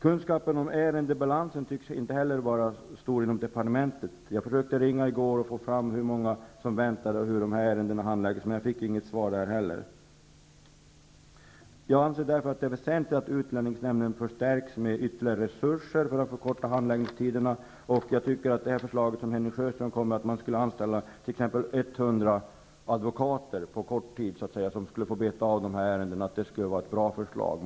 Kunskapen om ärendebalansen tycks inte vara särskilt stor inom departementet. Jag ringde i går för att försöka få fram hur många ärenden som väntar och hur dessa ärenden handläggs, men jag fick inte något svar. Jag anser därför att det är väsentligt att utlänningsnämnden förstärks med ytterligare resurser för att därmed förkorta handläggningstiderna. Jag tycker att Henning Sjöströms förslag att anställa t.ex. 100 advokater på kort tid för att beta av dessa ärenden är bra.